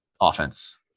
offense